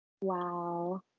Wow